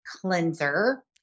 cleanser